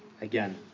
again